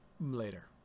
later